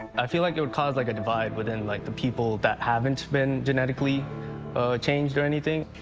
i feel like it would cause, like, a divide within, like, the people that haven't been genetically changed or anything.